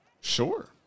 Sure